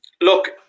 look